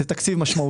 זה תקציב משמעותי.